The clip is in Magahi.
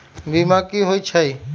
बीमा कि होई छई?